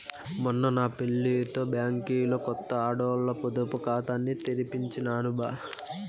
మొన్న నా పెళ్లితో బ్యాంకిలో కొత్త ఆడోల్ల పొదుపు కాతాని తెరిపించినాను బా